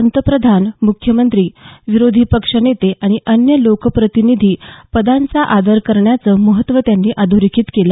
पंतप्रधान मुख्यमंत्री विरोधी पक्ष नेते आणि अन्य लोकप्रतिनिधी पदांचा आदर करण्याचं महत्त्व त्यांनी अधोरेखित केलं